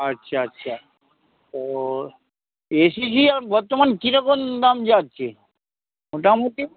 আচ্ছা আচ্ছা তো এসিসি আর বর্তমান কিরকম দাম যাচ্ছে মোটামুটি